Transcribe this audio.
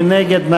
מי נגד?